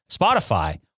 Spotify